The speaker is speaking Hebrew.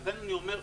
לכן אני אומר,